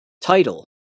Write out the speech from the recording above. Title